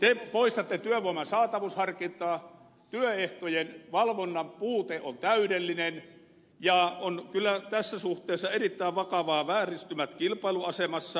te poistatte työvoiman saatavuusharkintaa työehtojen valvonnan puute on täydellinen ja kyllä tässä suhteessa on erittäin vakavat vääristymät kilpailuasemassa